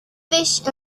fish